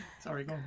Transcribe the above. Sorry